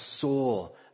soul